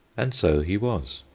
and so he was,